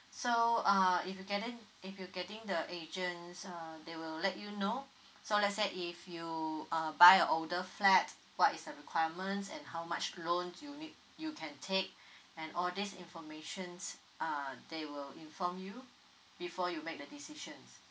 so uh if you getting if you getting the agent uh they will let you know so let's say if you uh buy a older flat what is the requirements and how much loans you need you can take and all these information uh they will inform you before you make the decision